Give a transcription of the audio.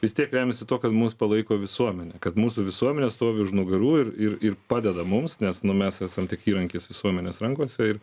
vis tiek remiasi tuo kad mus palaiko visuomenė kad mūsų visuomenė stovi už nugarų ir ir ir padeda mums nes nu mes esam tik įrankis visuomenės rankose ir